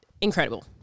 Incredible